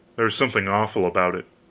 there was something awful about it.